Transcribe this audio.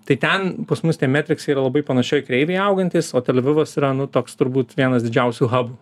tai ten pas mus tie metriksai yra labai panašioj kreivėj augantys o tel avivas yra nu toks turbūt vienas didžiausių habų